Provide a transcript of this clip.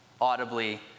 audibly